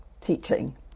teaching